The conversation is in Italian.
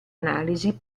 analisi